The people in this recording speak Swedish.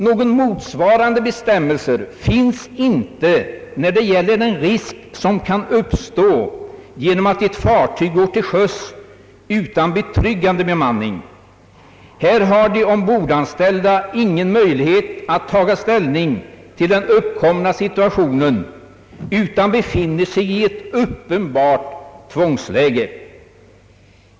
Någon motsvarande bestämmelse finns inte när det gäller den risk som kan uppstå genom att ett fartyg går till sjöss utan betryggande bemanning. Här har de ombordanställda ingen möjlighet att ta ställning till den uppkomna situationen, utan befinner sig i ett uppenbart tvångsläge.